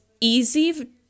easy